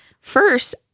First